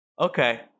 Okay